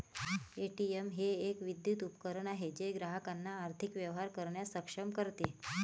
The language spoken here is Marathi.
ए.टी.एम हे एक विद्युत उपकरण आहे जे ग्राहकांना आर्थिक व्यवहार करण्यास सक्षम करते